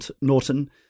Norton